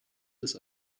des